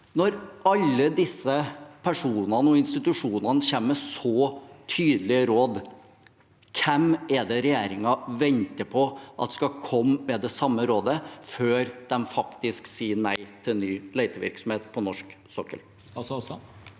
Når alle disse personene og institusjonene kommer med så tydelige råd, hvem er det regjeringen venter på at skal komme med det samme rådet før man faktisk sier nei til ny letevirksomhet på norsk sokkel?